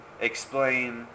explain